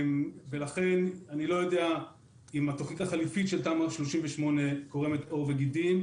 ולכן אני לא יודע אם התוכנית החליפית של תמ"א 38 קורמת עור וגידים,